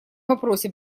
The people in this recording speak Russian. вопросе